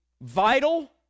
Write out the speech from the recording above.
vital